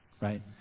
right